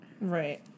Right